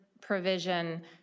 provision